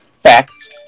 Facts